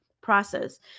process